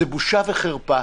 זו בושה וחרפה.